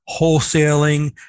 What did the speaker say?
wholesaling